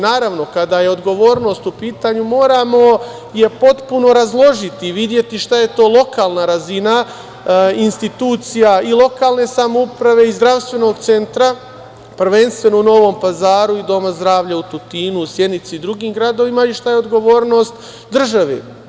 Naravno, kada je odgovornost u pitanju, moramo je potpuno razložiti, videti šta je to lokalna razina institucija i lokalne samouprave i zdravstvenog centra, prvenstveno u Novom Pazaru i Doma zdravlja u Tutinu, u Sjenici i drugim gradovima i šta je odgovornost države.